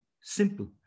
Simple